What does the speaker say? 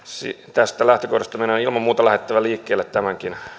tästä lähtökohdasta meidän on ilman muuta lähdettävä liikkeelle tämänkin